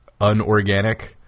unorganic